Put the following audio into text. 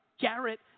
Garrett